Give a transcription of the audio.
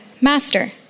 Master